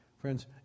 Friends